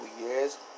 years